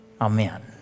Amen